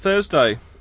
Thursday